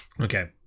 Okay